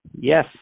yes